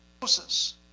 Moses